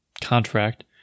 contract